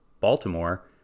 Baltimore